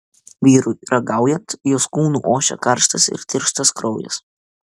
vyrui ragaujant jos kūnu ošė karštas ir tirštas kraujas